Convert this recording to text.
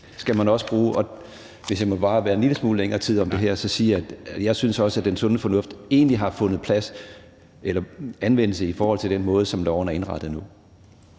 skal man også bruge, og jeg vil sige – hvis jeg må være bare en lille smule længere tid om det her – at jeg også synes, den sunde fornuft egentlig har fundet anvendelse i forhold til den måde, som loven er indrettet på